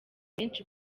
menshi